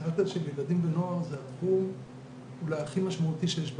שפסיכיאטר של ילדים ונוער זה התחום אולי הכי משמעותי שיש ברפואה,